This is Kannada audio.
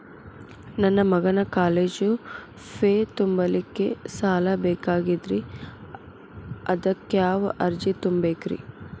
ನನ್ನ ಮಗನ ಕಾಲೇಜು ಫೇ ತುಂಬಲಿಕ್ಕೆ ಸಾಲ ಬೇಕಾಗೆದ್ರಿ ಅದಕ್ಯಾವ ಅರ್ಜಿ ತುಂಬೇಕ್ರಿ?